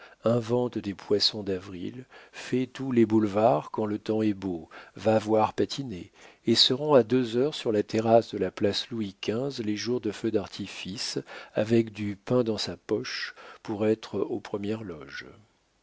invente des poissons d'avril fait tous les boulevards quand le temps est beau va voir patiner et se rend à deux heures sur la terrasse de la place louis xv les jours de feu d'artifice avec du pain dans sa poche pour être aux premières loges